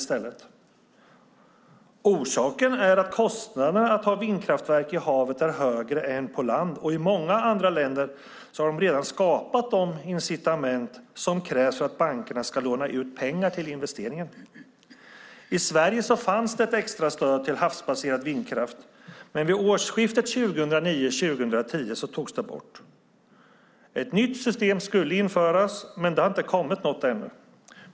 Anledningen är att kostnaderna för att ha vindkraftverk i havet är högre än på land. I många andra länder har man redan skapat de incitament som krävs för att bankerna ska låna ut pengar till investeringen. I Sverige fanns det ett extra stöd till havsbaserad vindkraft, men vid årsskiftet 2009/10 togs det bort. Ett nytt system skulle införas, men det har ännu inte kommit något.